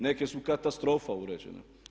Neke su katastrofa uređene.